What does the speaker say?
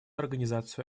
организацию